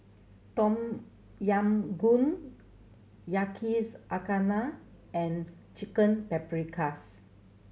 Tom Yam Goong Yakizakana and Chicken Paprikas